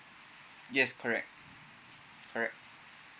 yes correct correct